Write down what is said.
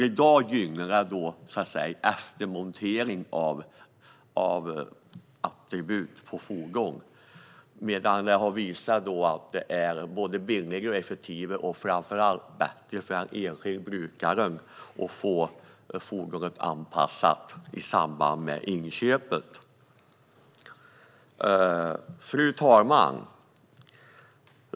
I dag gynnas eftermontering av attribut på fordon, men det är både billigare och effektivare och framför allt bättre för den enskilda brukaren att få fordonet anpassat i samband med inköpet. Fru talman!